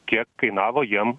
kiek kainavo jiem